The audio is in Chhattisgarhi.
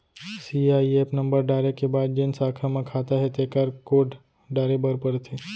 सीआईएफ नंबर डारे के बाद जेन साखा म खाता हे तेकर कोड डारे बर परथे